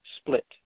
split